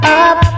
up